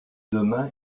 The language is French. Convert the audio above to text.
demain